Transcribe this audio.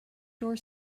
door